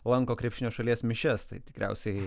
lanko krepšinio šalies mišias tai tikriausiai